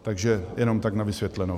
Takže jenom tak na vysvětlenou.